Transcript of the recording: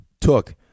took